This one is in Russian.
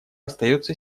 остается